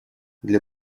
для